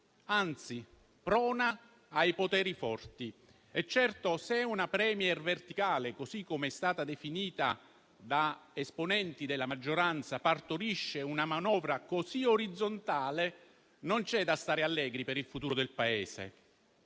anzi prona ai poteri forti. Di certo, se una *premier* verticale, così come è stata definita da esponenti della maggioranza, partorisce una manovra così orizzontale, non c'è da stare allegri per il futuro del Paese.